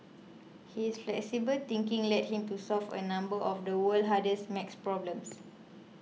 his flexible thinking led him to solve a number of the world's hardest math problems